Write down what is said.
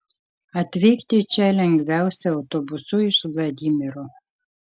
atvykti čia lengviausia autobusu iš vladimiro